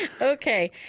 Okay